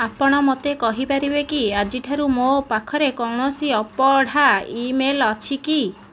ଆପଣ ମୋତେ କହିପାରିବେ କି ଆଜିଠାରୁ ମୋ ପାଖରେ କୌଣସି ଅପଢ଼ା ଇମେଲ୍ ଅଛି କି